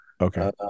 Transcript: Okay